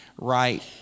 right